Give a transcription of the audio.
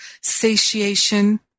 satiation